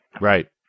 Right